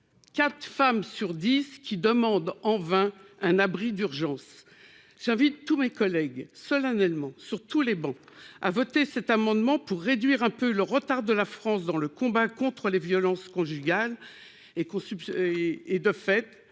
4 femmes sur 10 qui demande en vain un abri d'urgence, j'invite tous mes collègues solennellement sur tous les bancs, à voter cet amendement pour réduire un peu le retard de la France dans le combat contre les violences conjugales et qu'on